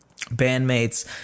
bandmates